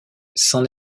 c’en